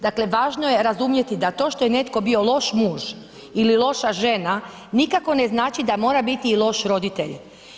Dakle važno je razumjeti da to što je netko bio loš muž ili loša žena nikako ne znači da mora biti i loš roditelj.